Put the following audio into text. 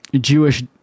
jewish